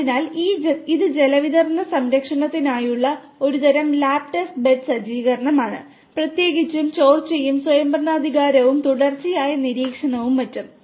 അതിനാൽ ഇത് ജലവിതരണ നിരീക്ഷണത്തിനായുള്ള ഒരുതരം ലാബ് ടെസ്റ്റ് ബെഡ് സജ്ജീകരണമാണ് പ്രത്യേകിച്ച് ചോർച്ചയും സ്വയംഭരണാധികാരവും തുടർച്ചയായ നിരീക്ഷണവും മറ്റും